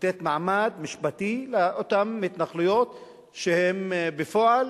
לתת מעמד משפטי לאותן התנחלויות שהן בפועל